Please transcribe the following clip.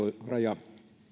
raja